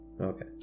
Okay